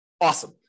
Awesome